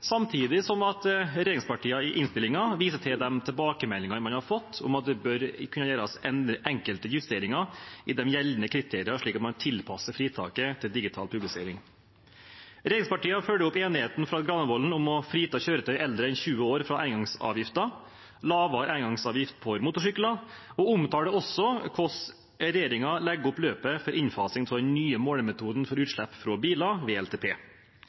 Samtidig viser regjeringspartiene i innstillingen til de tilbakemeldingene man har fått om at det bør kunne gjøres enkelte justeringer i de gjeldende kriteriene, slik at man tilpasser fritaket til digital publisering. Regjeringspartiene følger opp enigheten fra Granavolden om å frita kjøretøy eldre enn 20 år fra engangsavgiften, lavere engangsavgift for motorsykler og omtaler også hvordan regjeringen legger opp løpet for innfasing av den nye målemetoden for utslipp fra biler,